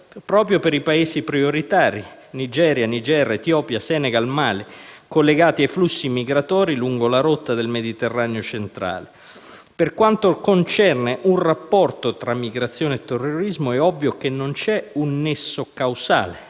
hoc* per i Paesi prioritari (Nigeria, Niger, Etiopia, Senegal, Mali) collegati ai flussi migratori lungo la rotta del Mediterraneo centrale. Per quanto concerne un rapporto tra migrazione e terrorismo, è ovvio che non c'è un nesso causale,